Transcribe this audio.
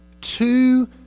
two